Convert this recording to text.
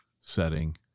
setting